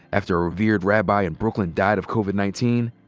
after a revered rabbi in brooklyn died of covid nineteen,